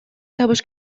табыш